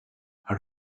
how